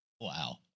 Wow